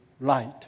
light